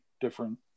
different